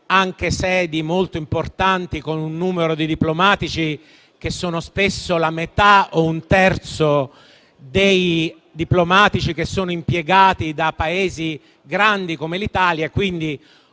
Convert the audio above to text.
anche sedi molto importanti con un numero di diplomatici che sono spesso la metà o un terzo di quelli impiegati da Paesi grandi come l'Italia.